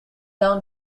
down